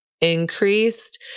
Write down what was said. increased